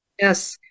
Yes